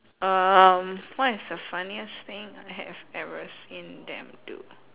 um what is the funniest thing I have ever seen them do